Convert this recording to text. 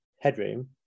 headroom